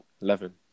Eleven